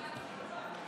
שלום.